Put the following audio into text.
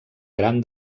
gran